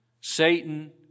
Satan